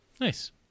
Nice